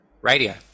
Radio